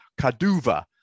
Kaduva